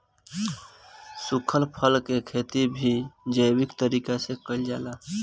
सुखल फल के खेती भी जैविक तरीका से कईल जाला